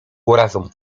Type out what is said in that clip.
urazą